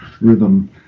rhythm